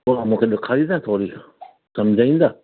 तव्हां मूंखे ॾेखारींदा थोरी सम्झाईंदा